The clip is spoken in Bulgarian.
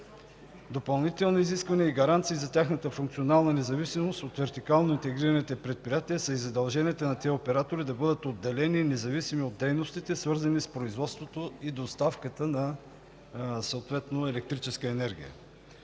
допълнителни изисквания и гаранции за тяхната функционална независимост от вертикално интегрираните предприятия са и задълженията на тези оператори да бъдат отделени и независими от дейностите, свързани с производството и доставката съответно на електрическа енергия.